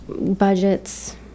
Budgets